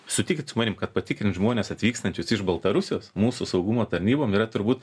sutikit su manim kad patikrint žmones atvykstančius iš baltarusijos mūsų saugumo tarnybom yra turbūt